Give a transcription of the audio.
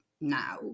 now